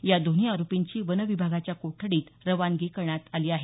या दोन्ही आरोपींची वन विभागाच्या कोठडीत रवानगी करण्यात आली आहे